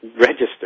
register